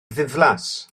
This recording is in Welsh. ddiflas